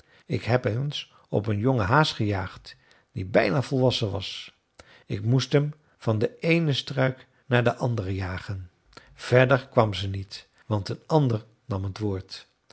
ik heb eens op een jongen haas gejaagd die bijna volwassen was ik moest hem van den eenen struik naar den anderen jagen verder kwam ze niet want een ander nam het woord